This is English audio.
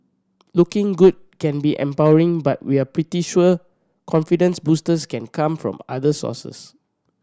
looking good can be empowering but we're pretty sure confidence boosters can come from other sources